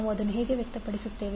ನಾವು ಅದನ್ನು ಹೇಗೆ ವ್ಯಕ್ತಪಡಿಸುತ್ತೇವೆ